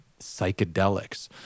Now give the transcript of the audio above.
psychedelics